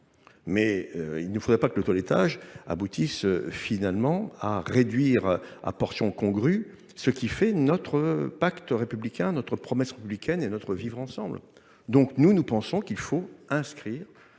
Mais il ne faudrait pas que le toilettage aboutisse finalement à réduire à portions congrues ce qui fait notre pacte républicain, notre promesse républicaine et notre vivre ensemble. Donc nous, nous pensons qu'il faut inscrire